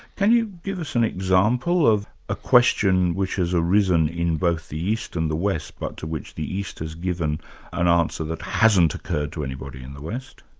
can you give us an example of a question which has arisen in both the east and the west but to which the east has given an answer that hasn't occurred to anybody in the west?